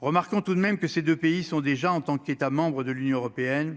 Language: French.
remarquons tout de même que ces 2 pays sont déjà en tant qu'État membre de l'Union européenne,